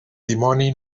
dimoni